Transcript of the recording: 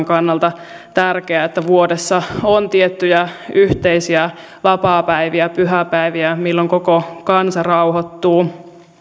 kannalta tärkeää että vuodessa on tiettyjä yhteisiä vapaapäiviä pyhäpäiviä jolloin koko kansa rauhoittuu